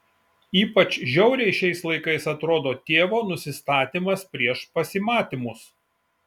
ypač žiauriai šiais laikais atrodo tėvo nusistatymas prieš pasimatymus